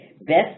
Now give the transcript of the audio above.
best